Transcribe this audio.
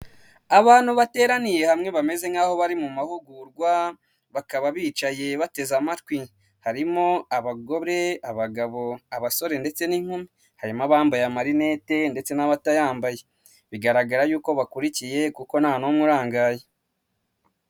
Imodoka yo mu bwoko bwa dayihatsu yifashishwa mu gutwara imizigo ifite ibara ry'ubururu ndetse n'igisanduku cy'ibyuma iparitse iruhande rw'umuhanda, aho itegereje gushyirwamo imizigo. Izi modoka zikaba zifashishwa mu kworoshya serivisi z'ubwikorezi hirya no hino mu gihugu. Aho zifashishwa mu kugeza ibintu mu bice bitandukanye by'igihugu.